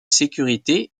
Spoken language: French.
sécurité